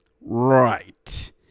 Right